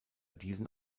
diesen